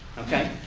okay?